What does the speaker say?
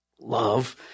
love